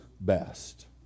best